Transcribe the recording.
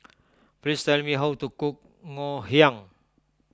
please tell me how to cook Ngoh Hiang